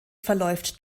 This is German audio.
verläuft